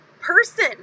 person